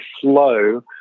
flow